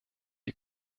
die